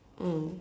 mm